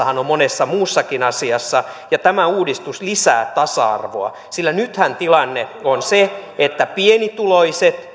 on valinnanvapautta monessa muussakin asiassa ja tämä uudistus lisää tasa arvoa sillä nythän tilanne on se että pienituloiset